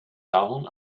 down